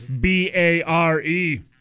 B-A-R-E